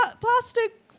plastic